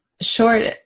short